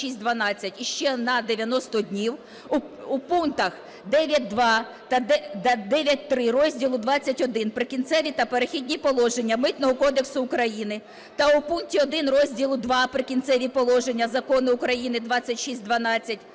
іще на 90 днів у пунктах 9.2 та 9.3 розділу ХХІ "Прикінцеві та перехідні положення" Митного кодексу України та у пункті 1 розділу ІІ "Прикінцеві положення" Закону України 2612